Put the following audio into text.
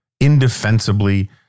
indefensibly